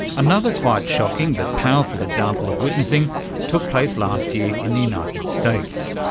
another quite shocking but powerful example of witnessing took place last year in the united states.